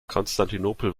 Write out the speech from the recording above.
konstantinopel